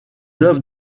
œuvres